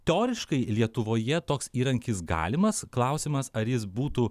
teoriškai lietuvoje toks įrankis galimas klausimas ar jis būtų